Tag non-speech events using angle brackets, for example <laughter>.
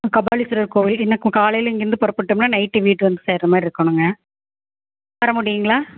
ஆ கபாலீஸ்வரர் கோவில் <unintelligible> காலையில இங்கேருந்து புறப்புட்டோம்னா நைட்டு வீட்டு வந்து சேர்ற மாதிரி இருக்கணுங்க வரமுடியுங்களா